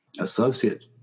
associate